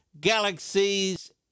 galaxies